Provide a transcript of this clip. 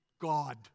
God